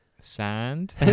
Sand